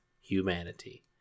humanity